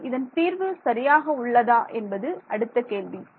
ஆனால் இதன் தீர்வு சரியாக உள்ளதா என்பது அடுத்த கேள்வி